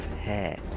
hair